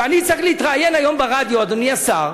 ואני צריך להתראיין היום ברדיו, אדוני השר,